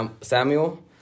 Samuel